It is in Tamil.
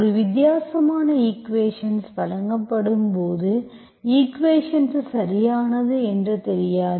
ஒரு வித்தியாசமான ஈக்குவேஷன்ஸ் வழங்கப்படும் போது ஈக்குவேஷன்ஸ் சரியானது என்று தெரியாது